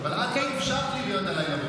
אבל את לא אפשרת לי להיות עם היולדת.